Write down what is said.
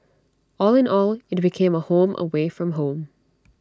all in all IT became A home away from home